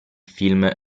film